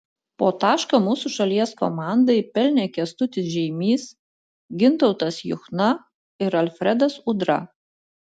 po tašką mūsų šalies komandai pelnė kęstutis žeimys gintautas juchna ir alfredas udra